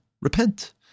repent